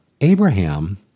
Abraham